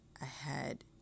ahead